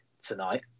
tonight